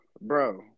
Bro